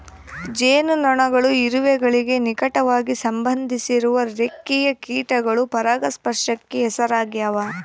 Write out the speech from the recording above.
ಜೇನುನೊಣಗಳು ಇರುವೆಗಳಿಗೆ ನಿಕಟವಾಗಿ ಸಂಬಂಧಿಸಿರುವ ರೆಕ್ಕೆಯ ಕೀಟಗಳು ಪರಾಗಸ್ಪರ್ಶಕ್ಕೆ ಹೆಸರಾಗ್ಯಾವ